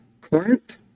Corinth